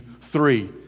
three